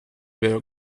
were